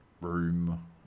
room